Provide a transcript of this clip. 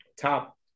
top